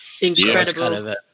Incredible